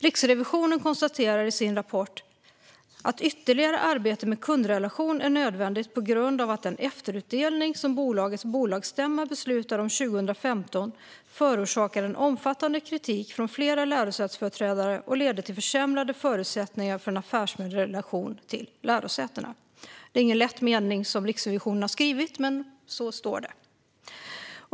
Riksrevisionen konstaterar i sin rapport att ytterligare arbete med kundrelationer är nödvändigt på grund av att den efterutdelning som bolagets bolagsstämma beslutade om 2015 förorsakade en omfattande kritik från flera lärosätesföreträdare och ledde till försämrade förutsättningar för en affärsmässig relation till lärosätena. Det är ingen lätt mening som Riksrevisionen har skrivit, men så står det.